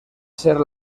ser